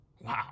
wow